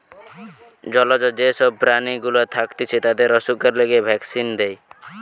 জলজ যে সব প্রাণী গুলা থাকতিছে তাদের অসুখের লিগে ভ্যাক্সিন দেয়